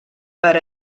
per